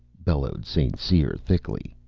bellowed st. cyr thickly,